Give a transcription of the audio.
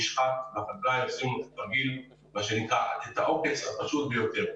עושים לו תרגיל, עוקץ פשוט ביותר.